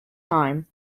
time